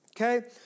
okay